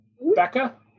Becca